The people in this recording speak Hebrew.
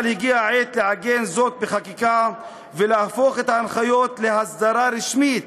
אבל הגיע העת לעגן זאת בחקיקה ולהפוך את ההנחיות להסדרה רשמית,